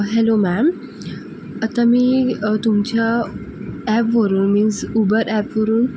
hello ma'am आता मी तुमच्या ॲबवरून मिन्स उबर ॲपवरून